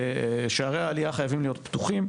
שערי העלייה חייבים להיות פתוחים,